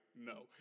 No